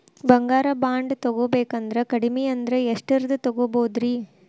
ಬಂಗಾರ ಬಾಂಡ್ ತೊಗೋಬೇಕಂದ್ರ ಕಡಮಿ ಅಂದ್ರ ಎಷ್ಟರದ್ ತೊಗೊಬೋದ್ರಿ?